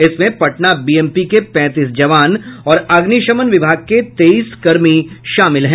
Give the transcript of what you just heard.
इसमें पटना बीएमपी के पैंतीस जवान और अग्निशमन विभाग के तेईस कर्मी शामिल हैं